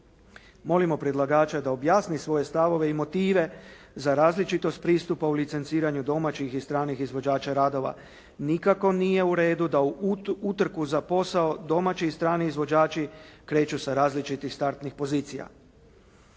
Molimo predlagača da objasni svoje stavove i motive za različitost pristupa u licenciranju domaćih i stranih izvođača radova. Nikako nije u redu da utrku za posao domaći i strani izvođači kreću sa različitih startnih pozicija.